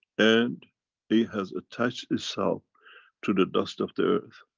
and it has attached itself to the dust of the earth,